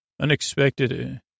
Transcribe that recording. unexpected